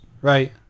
Right